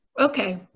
Okay